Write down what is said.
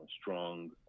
strong